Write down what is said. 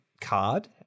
card